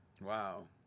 Wow